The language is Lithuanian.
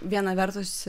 viena vertus